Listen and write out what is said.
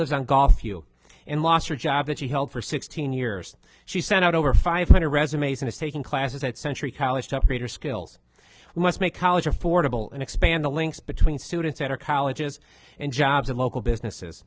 lives on golf you and lost her job that she held for sixteen years she sent out over five hundred resumes and is taking classes at century college to upgrade her skills must make college affordable and expand the links between students at her colleges and jobs at local businesses